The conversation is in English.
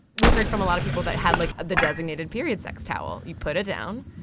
we heard from a lot of people that had like the designated period sex towel. you put it down,